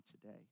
today